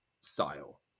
style